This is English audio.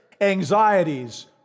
anxieties